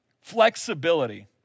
Flexibility